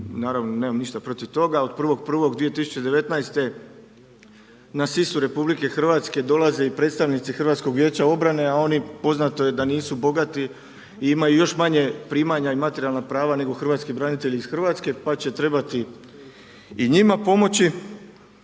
naravno nemam ništa protiv toga, ali 1.1.2019. na sisu RH dolaze i predstavnici HVO-a, a oni poznato je da nisu bogati i imaju još manje primanja i materijalna prava nego hrvatski branitelji iz RH, pa će trebati i njima pomoći.